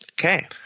Okay